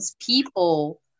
people